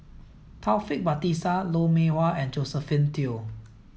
Taufik Batisah Lou Mee Wah and Josephine Teo